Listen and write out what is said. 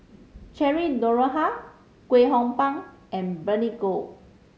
Cheryl Noronha Kwek Hong Png and Bernice Ong